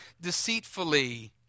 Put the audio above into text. deceitfully